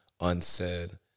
unsaid